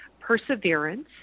perseverance